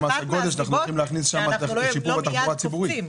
כי במס הגודש אנחנו הולכים להכניס את שיפור התחבורה הציבורית.